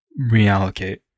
reallocate